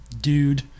Dude